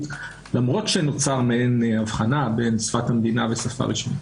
למרות שנוצרה מעין הבחנה בין שפת המדינה ושפה רשמית.